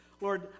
Lord